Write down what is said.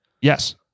Yes